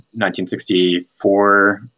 1964